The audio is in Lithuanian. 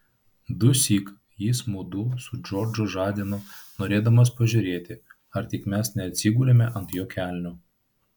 dusyk jis mudu su džordžu žadino norėdamas pažiūrėti ar tik mes neatsigulėme ant jo kelnių